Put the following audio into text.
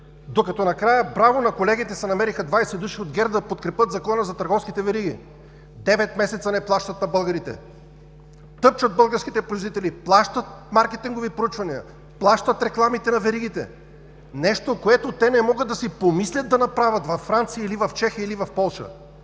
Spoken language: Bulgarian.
докато накрая – браво на колегите, намериха се 20 души от ГЕРБ да подкрепят Закона за търговските вериги. Девет месеца не плащат на българите, тъпчат българските производители, плащат маркетингови проучвания, плащат рекламите на веригите. Нещо, което те не могат да си помислят да направят във Франция или в Чехия, или в Полша,